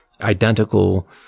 identical